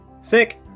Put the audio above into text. Sick